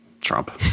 Trump